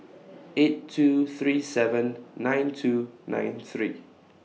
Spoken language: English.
eight two three seven nine two nine three